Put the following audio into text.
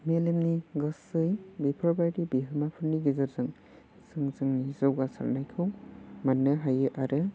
मेलेमनि गासै बेफोरबादि बिहोमाफोरनि गेजेरजों जों जोंनि जौगासारनायखौ मोननो हायो आरो